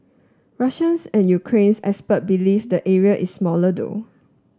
Russians and Ukrainian expert believe the area is smaller though